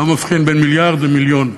לא מבחין בין מיליארד למיליון.